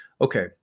Okay